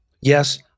yes